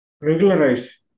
regularize